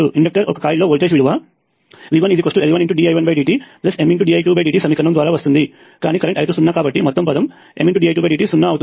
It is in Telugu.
ఇండక్టర్ ఒక కాయిల్ లో వోల్టేజ్ విలువ V1L1dI1dtMdI2dtసమీకరణం ద్వారా వస్తుంది కానీ కరెంట్ I2 సున్నా కాబట్టి మొత్తం పదం MdI2dt సున్నా అవుతుంది